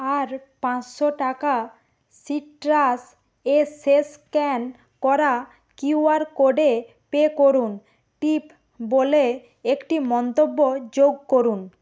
আর পাঁচশো টাকা সিট্রাস এর শেষ স্ক্যান করা কিউআর কোডে পে করুন টিপ বলে একটি মন্তব্য যোগ করুন